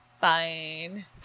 fine